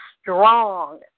strong